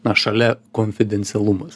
na šalia konfidencialumas